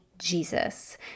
Jesus